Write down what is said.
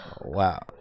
Wow